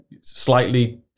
slightly